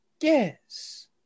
yes